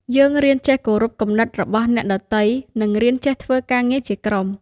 យើងរៀនចេះគោរពគំនិតរបស់អ្នកដទៃ និងរៀនចេះធ្វើការងារជាក្រុម។